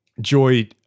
Joy